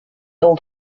old